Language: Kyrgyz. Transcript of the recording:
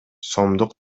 сомдук